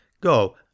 Go